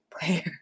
player